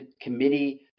committee